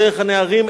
דרך הנערים,